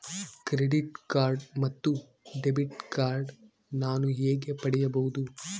Credit card ಮತ್ತು debit card ನಾನು ಹೇಗೆ ಪಡೆಯಬಹುದು?